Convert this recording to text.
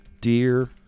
Dear